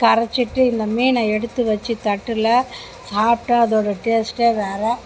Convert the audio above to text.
கரைச்சிட்டு இந்த மீனை எடுத்து வெச்சு தட்டில் சாப்பிட்டா அதோட டேஸ்ட்டே வேறு